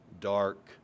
dark